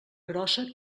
grossa